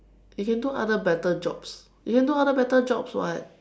you can do other better jobs you can do other better jobs [what]